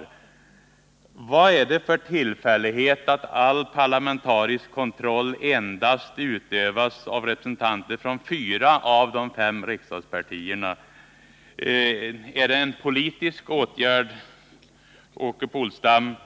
Då vill jag fråga: Vad är det för tillfällighet att all parlamentarisk kontroll endast utövas av representanter för fyra av de fem riksdagspartierna? Är det en politisk åtgärd, som